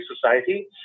society